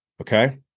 okay